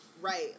Right